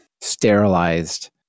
sterilized